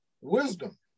wisdom